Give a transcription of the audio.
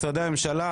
משרדי הממשלה,